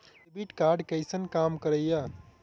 Debit card कैसन काम करेया?